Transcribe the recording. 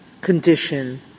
condition